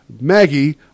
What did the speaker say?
Maggie